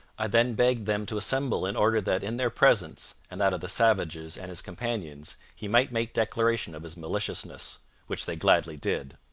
i then begged them to assemble in order that in their presence, and that of the savages and his companions, he might make declaration of his maliciousness which they gladly did.